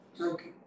Okay